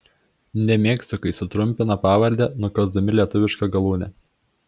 nemėgstu kai sutrumpina pavardę nukąsdami lietuvišką galūnę